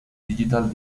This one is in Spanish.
digital